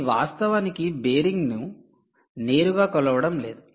ఇది వాస్తవానికి బేరింగ్ ను నేరుగా కొలవడం లేదు